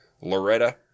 Loretta